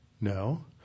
No